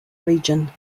region